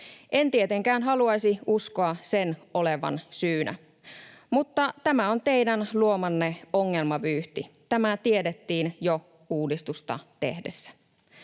En tietenkään haluaisi uskoa sen olevan syynä, mutta tämä on teidän luomanne ongelmavyyhti. Tämä tiedettiin jo uudistusta tehdessä.